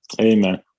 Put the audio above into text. Amen